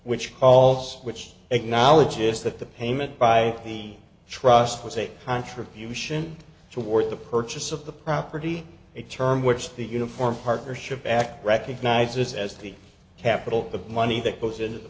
which all of which acknowledges that the payment by the trust was a contribution toward the purchase of the property a term which the uniform partnership act recognizes as the capital of money that goes into the